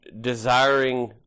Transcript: desiring